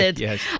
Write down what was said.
Yes